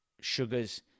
sugars